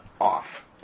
off